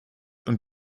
und